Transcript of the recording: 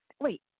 wait